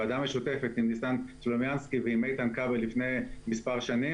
ועדה משותפת עם איתן כבל לפני כמה שנים,